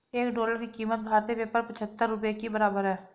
एक डॉलर की कीमत भारतीय पेपर पचहत्तर रुपए के बराबर है